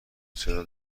چرا